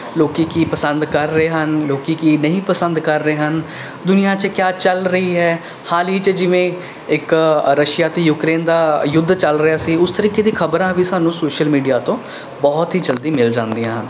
ਲੋਕ ਕੀ ਪਸੰਦ ਕਰ ਰਹੇ ਹਨ ਲੋਕ ਕੀ ਨਹੀਂ ਪਸੰਦ ਕਰ ਰਹੇ ਹਨ ਦੁਨੀਆ 'ਚ ਕੀ ਚੱਲ ਰਿਹਾ ਹੈ ਹਾਲ ਹੀ 'ਚ ਜਿਵੇਂ ਇੱਕ ਰਸ਼ੀਆ ਅਤੇ ਯੂਕਰੇਨ ਦਾ ਯੁੱਧ ਚੱਲ ਰਿਹਾ ਸੀ ਉਸ ਤਰੀਕੇ ਦੀ ਖ਼ਬਰਾਂ ਵੀ ਸਾਨੂੰ ਸੋਸ਼ਲ ਮੀਡੀਆ ਤੋਂ ਬਹੁਤ ਹੀ ਜਲਦੀ ਮਿਲ ਜਾਂਦੀਆਂ